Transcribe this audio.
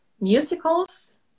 musicals